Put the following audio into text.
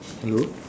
hello